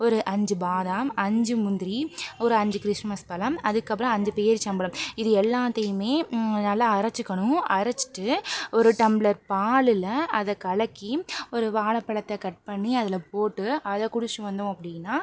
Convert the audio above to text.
ஒரு அஞ்சு பாதம் அஞ்சு முந்திரி ஒரு அஞ்சு கிறிஸ்மஸ் பழம் அதுக்கப்புறம் அஞ்சு பேரிச்சம்பழம் இது எல்லாத்தையுமே நல்லா அரச்சுக்கணும் அரச்சுட்டு ஒரு டம்பளர் பாலில் அதை கலக்கி ஒரு வாழப்பழத்தை கட் பண்ணி அதில் போட்டு அதை குடித்து வந்தோம் அப்படின்னா